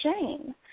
Jane